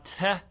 te